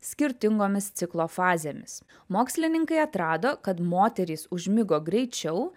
skirtingomis ciklo fazėmis mokslininkai atrado kad moterys užmigo greičiau